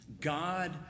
God